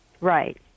Right